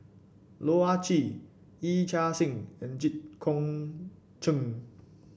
Loh Ah Chee Yee Chia Hsing and Jit Koon Ch'ng